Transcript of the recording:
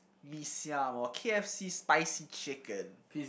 mee-siam or K_F_C spicy chicken